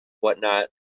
whatnot